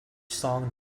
song